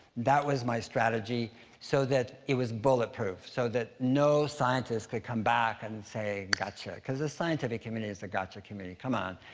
that was my strategy so that it was bulletproof, so that no scientist could come back and say, gotcha, cause the scientific community is a gotcha community. come on.